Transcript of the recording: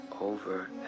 over